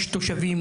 יש תושבים,